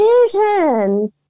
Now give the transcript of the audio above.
vision